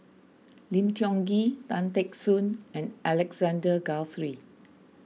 Lim Tiong Ghee Tan Teck Soon and Alexander Guthrie